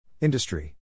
Industry